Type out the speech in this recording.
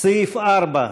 סעיף 4,